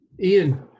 Ian